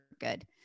good